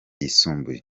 yisumbuye